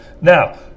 now